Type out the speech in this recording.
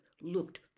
looked